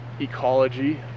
ecology